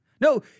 No